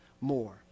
more